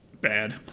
bad